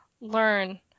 learn